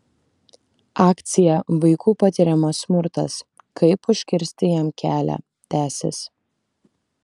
akcija vaikų patiriamas smurtas kaip užkirsti jam kelią tęsis